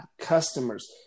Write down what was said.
customers